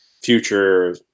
future